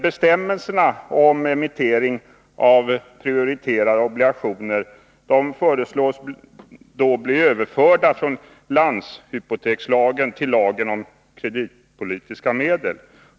Bestämmelserna om emittering av prioriterade obligationer föreslås då bli överförda från landshypotekslagen till lagen om kreditpolitiska medel.